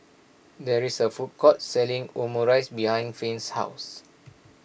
there is a food court selling Omurice behind Finn's house